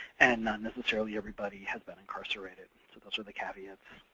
and not necessarily everybody has been incarcerated. so those are the caveats.